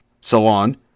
Salon